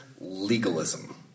legalism